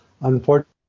Unfortunately